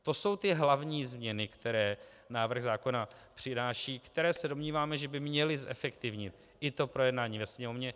To jsou ty hlavní změny, které návrh zákona přináší, které by, domníváme se, měly zefektivnit i projednání ve Sněmovně.